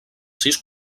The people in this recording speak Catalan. sis